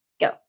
go